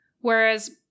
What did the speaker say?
Whereas